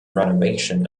renovation